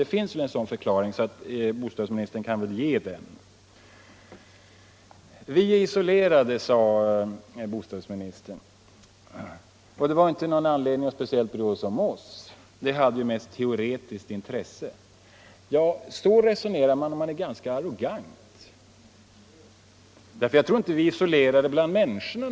Det finns kanske en förklaring till detta, så bostadsministern kunde väl ge den. Vi är isolerade, sade bostadsministern, och det fanns därför ingen anledning att speciellt bry sig om oss — det hade mest teoretiskt intresse. Så resonerar man om man är arrogant. Jag tror inte att vi är isolerade bland människorna.